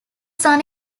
son